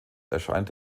erscheint